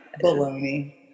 Bologna